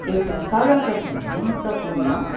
एउटा सर्वप्रथम महत्त्वपूर्ण